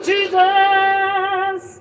Jesus